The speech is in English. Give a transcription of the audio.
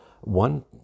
One